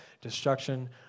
destruction